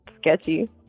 sketchy